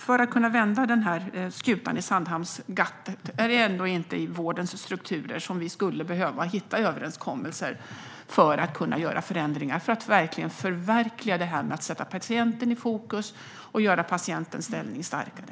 För att kunna vända den här skutan i Sandhamnsgattet undrar jag därför om det ändå inte är i vårdens strukturer som vi skulle behöva hitta överenskommelser för att kunna göra förändringar för att förverkliga det här med att sätta patienten i fokus och göra patientens ställning starkare?